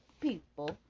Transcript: people